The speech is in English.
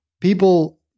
People